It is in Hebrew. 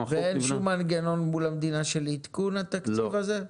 ואין שום מנגנון מול המדינה של עדכון התקציב הזה?